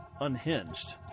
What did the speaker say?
unhinged